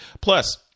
plus